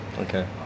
Okay